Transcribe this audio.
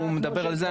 הוא מדבר על זה,